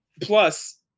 Plus